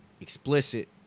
explicit